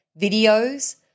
videos